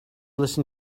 listen